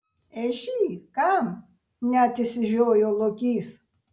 ežy kam net išsižiojo lokys